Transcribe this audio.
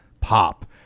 pop